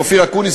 אופיר אקוניס,